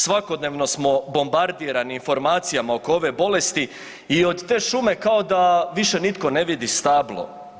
Svakodnevno smo bombardirani informacijama oko ove bolesti i od te šume kao da više nitko ne vidi stablo.